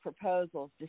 proposals